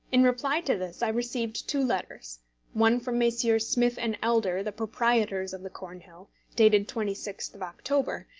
in reply to this i received two letters one from messrs. smith and elder, the proprietors of the cornhill, dated twenty sixth of october,